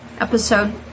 episode